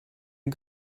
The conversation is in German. den